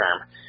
term